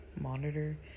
monitor